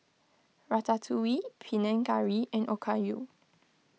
Ratatouille Panang Curry and Okayu